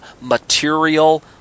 material